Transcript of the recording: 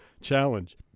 challenge